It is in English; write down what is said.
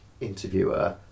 interviewer